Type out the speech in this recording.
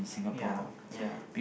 ya ya